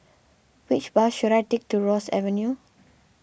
which bus should I take to Ross Avenue